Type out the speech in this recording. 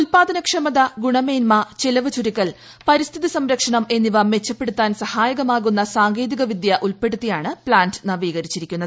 ഉദ്പാദന ക്ഷമത ഗുണമേന്മ ചെലവ് ചുരുക്കൽ പ്പരിസ്ഥിതി സംരക്ഷണം എന്നിവ മെച്ചപ്പെടുത്താൻ സഹായ്ക്ക്മാകുന്ന സാങ്കേതിക വിദ്യ ഉൾപ്പെടുത്തിയാണ് പ്ലാന്റ് ന്വീകരിച്ചിരിക്കുന്നത്